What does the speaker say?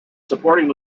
supporting